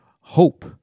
hope